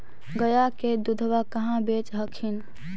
गया के दूधबा कहाँ बेच हखिन?